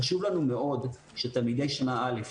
חשוב לנו מאוד שתלמידי שנה א',